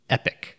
Epic